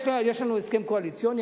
יש לנו הסכם קואליציוני,